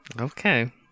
Okay